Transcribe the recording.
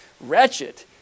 wretched